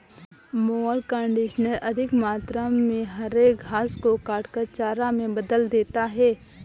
mower conditioner अधिक मात्रा में हरे घास को काटकर चारा में बदल देता है